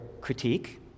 critique